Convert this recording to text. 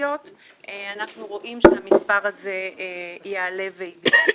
פנסיות אנחנו רואים שהמספר הזה יעלה ויגדל.